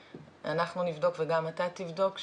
אנחנו נבדוק וגם אתה תבדוק.